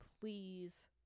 Please